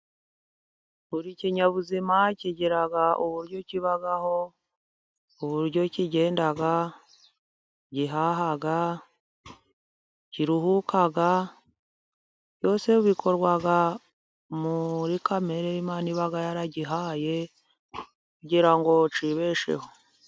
Buri kinyabuzima kigira uburyo kibaho, uburyo kigenda, gihaha, kiruhuka, byose bikorwa muri kamere Imana iba yaragihaye, kugira ngo kibesheho.